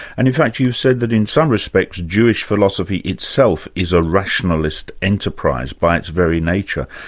and in fact, you've said that in some respects jewish philosophy itself is a rationalist enterprise by its very nature.